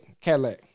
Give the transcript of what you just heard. Cadillac